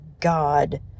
God